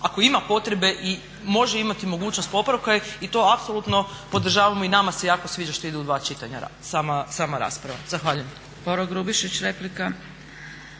ako ima potrebe i može imati mogućnost popravka. I to apsolutno podržavamo i nama se jako sviđa što ide u dva čitanja sama rasprava. Zahvaljujem.